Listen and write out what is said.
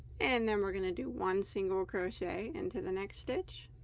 and then we're gonna do one single crochet into the next stitch